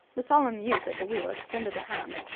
the solemn youth at the wheel extended a hand.